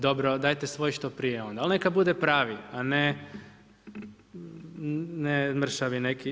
Dobro, dajte svoj što prije onda, ali neka bude pravi, a ne mršavi neki.